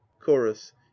chorus